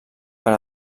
per